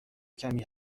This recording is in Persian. کمی